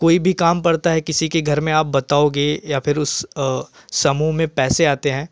कोई भी काम पड़ता है किसी के घर में आप बताओगे या फिर उस समूह में पैसे आते हैं